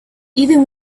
even